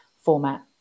format